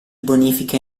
bonifica